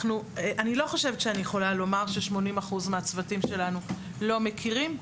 אני לא חושבת שאני יכולה לומר ש-80% מהצוותים שלנו לא מכירים.